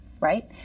right